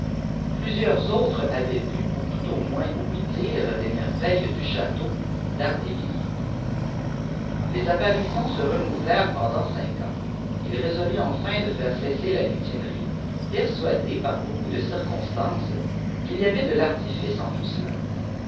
plusieurs autres avaient vu ou tout au moins ouï dire des merveilles du ehâteau dàrdivihjers les apparitions se renouvelèrent pendant cinq ans h rèot t enfin défaire cesser la lutinerie persuadé par beaiicoup de dpr constances qu'il y avait de l'artifice en